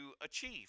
achieve